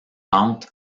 pentes